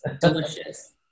delicious